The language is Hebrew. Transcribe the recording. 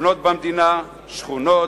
לבנות במדינה שכונות,